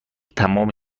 تمام